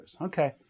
okay